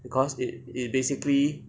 because it it basically